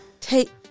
Take